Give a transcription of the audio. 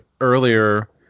earlier